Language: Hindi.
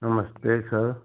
नमस्ते सर